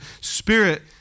spirit